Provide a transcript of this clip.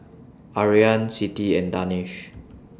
Aryan Siti and Danish